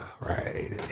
Right